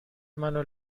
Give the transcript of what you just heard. منو